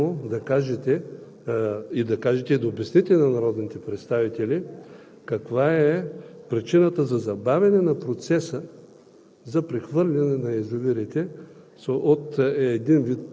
Но мен ме интересува конкретно да кажете и да обясните на народните представители каква е причината за забавяне на процеса